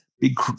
big